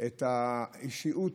את האישיות